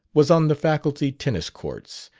was on the faculty tennis-courts,